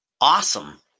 awesome